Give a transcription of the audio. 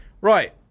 Right